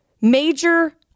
major